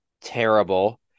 terrible